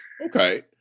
Okay